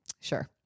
sure